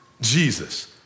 Jesus